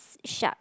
shark